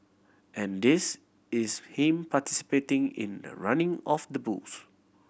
and this is him participating in the running of the bulls